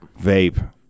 Vape